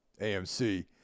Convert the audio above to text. AMC